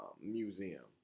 museum